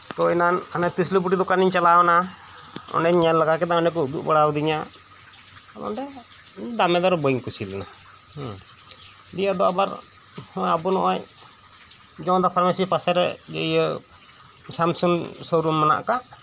ᱛᱚ ᱮᱱᱟᱱ ᱵᱤᱥᱱᱩ ᱯᱟᱹᱴᱤ ᱫᱚᱠᱟᱱ ᱤᱧ ᱪᱟᱞᱟᱣᱮᱱᱟ ᱚᱸᱰᱮᱧ ᱧᱮᱞ ᱞᱟᱜᱟ ᱠᱮᱫᱟ ᱚᱸᱰᱮᱠᱩ ᱩᱫᱩᱜ ᱵᱟᱲᱟᱣᱟᱫᱤᱧᱟ ᱚᱸᱰᱮ ᱫᱟᱢᱮ ᱫᱚᱨᱮ ᱵᱟᱹᱧ ᱠᱩᱥᱤ ᱞᱮᱱᱟ ᱦᱮᱸ ᱫᱤᱭᱮ ᱟᱫᱚ ᱟᱵᱟᱨ ᱦᱮᱸ ᱟᱵᱩ ᱱᱚᱜᱚᱭ ᱡᱚᱱᱚᱛᱟ ᱯᱷᱟᱨᱢᱮᱥᱤ ᱯᱟᱥᱮᱨᱮ ᱤᱟᱭᱟᱹ ᱥᱟᱢᱥᱩᱱ ᱥᱚᱨᱩᱢ ᱢᱮᱱᱟᱜ ᱟᱠᱟᱫ